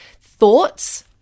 thoughts